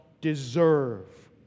deserve